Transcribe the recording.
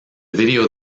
video